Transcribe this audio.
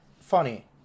funny